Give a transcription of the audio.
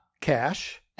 cash